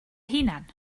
hunan